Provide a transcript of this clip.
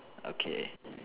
okay